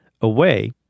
Away